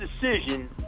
decision